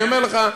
אני אומר לך,